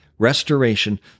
restoration